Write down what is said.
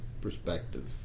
perspective